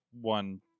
one